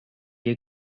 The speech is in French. est